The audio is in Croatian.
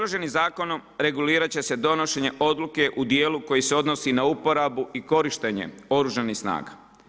Oružanim zakonom regulirat će se donošenje odluke u dijelu koji se odnosi na uporabu i korištenje Oružanih snaga.